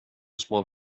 small